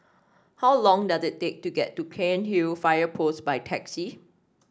how long does it take to get to Cairnhill Fire Post by taxi